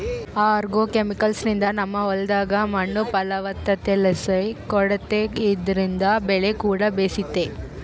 ಆಗ್ರೋಕೆಮಿಕಲ್ಸ್ನಿಂದ ನಮ್ಮ ಹೊಲದಾಗ ಮಣ್ಣು ಫಲವತ್ತತೆಲಾಸಿ ಕೂಡೆತೆ ಇದ್ರಿಂದ ಬೆಲೆಕೂಡ ಬೇಸೆತೆ